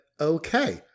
okay